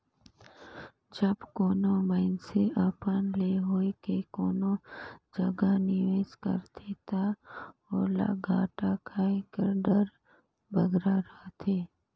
जब कानो मइनसे अपन ले होए के कोनो जगहा निवेस करथे ता ओला घाटा खाए कर डर बगरा रहथे